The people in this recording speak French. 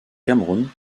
cameroun